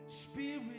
Spirit